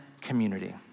community